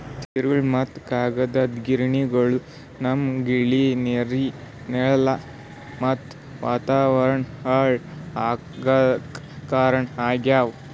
ತಿರುಳ್ ಮತ್ತ್ ಕಾಗದದ್ ಗಿರಣಿಗೊಳು ನಮ್ಮ್ ಗಾಳಿ ನೀರ್ ನೆಲಾ ಮತ್ತ್ ವಾತಾವರಣ್ ಹಾಳ್ ಆಗಾಕ್ ಕಾರಣ್ ಆಗ್ಯವು